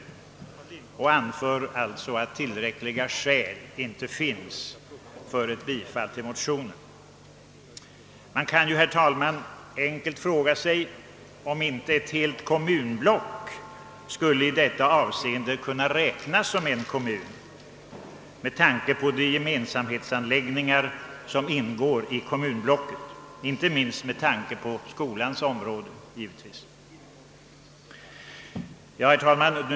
Utskottet anser därför att tillräckliga skäl för ett bifall till motionen icke föreligger. Man kan, herr talman, fråga sig om inte ett helt kommunblock i detta avseende skulle kunna räknas som en kommun med hänsyn till de gemensamhetsanläggningar som ingår i kommunblocket, inte minst exempelvis skolor. Herr talman!